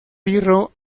pirro